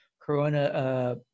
corona